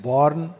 Born